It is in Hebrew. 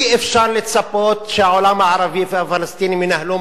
אי-אפשר לצפות שהעולם הערבי והפלסטינים ינהלו